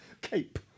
Cape